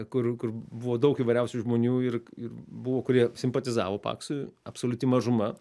kur kur buvo daug įvairiausių žmonių ir buvo kurie simpatizavo paksui absoliuti mažuma